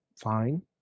fine